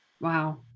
Wow